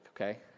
okay